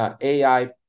AI